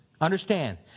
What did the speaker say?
Understand